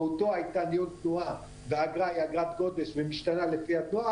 מהותו הייתה ניהול תנועה והאגרה היא אגרת גודש ומשתנה לפי התנועה,